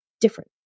different